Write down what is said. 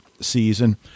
season